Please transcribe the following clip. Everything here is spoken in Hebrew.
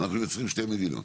אנחנו יוצרים שתי מדינות.